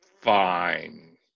fine